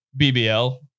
BBL